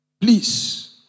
Please